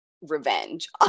revenge